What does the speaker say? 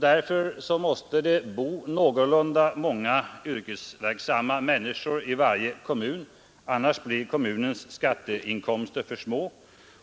Därför måste det bo någorlunda många yrkesverksamma människor i varje kommun, annars blir kommunens skatteinkomster för små.